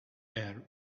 air